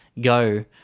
go